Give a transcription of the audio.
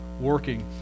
working